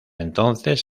entonces